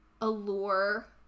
allure